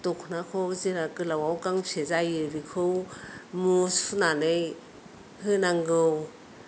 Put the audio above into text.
दख'नाखौ जेला गोलाआव गांबेसे जायो बेखौ मु सुनानै होनांगौ